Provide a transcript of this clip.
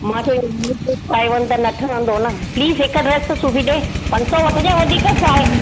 मां चओ हीअ लूज़ लूज़ पाए वञ त न ठहंदो न प्लीज हिकु ड्रैस त सिबी ॾिए पंज सौ वठ जें वधीक छा हीअ